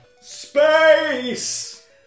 Space